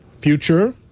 Future